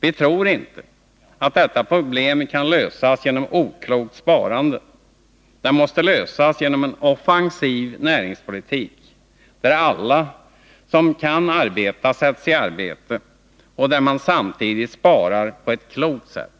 Vi tror inte att detta problem kan lösas genom oklokt sparande, utan det måste 25 lösas genom en offensiv näringspolitik, där alla som kan arbeta sätts i arbete och där man samtidigt sparar på ett klokt sätt.